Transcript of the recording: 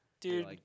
Dude